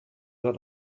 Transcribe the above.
lot